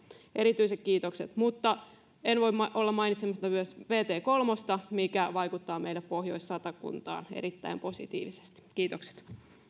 erityiset kiitokset en voi olla mainitsematta myös vt kolmea mikä vaikuttaa meille pohjois satakuntaan erittäin positiivisesti kiitokset